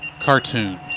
Cartoons